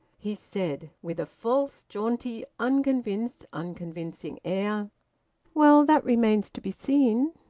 he said, with a false-jaunty, unconvinced, unconvincing air well, that remains to be seen.